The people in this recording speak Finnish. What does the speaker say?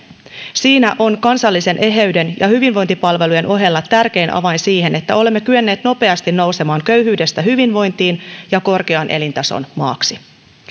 siinä on kansallisen eheyden ja hyvinvointipalvelujen ohella tärkein avain siihen että olemme kyenneet nopeasti nousemaan köyhyydestä hyvinvointiin ja korkean elintason maaksi